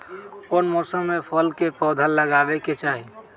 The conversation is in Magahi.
कौन मौसम में फल के पौधा लगाबे के चाहि?